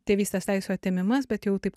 tėvystės teisių atėmimas bet jau taip